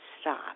stop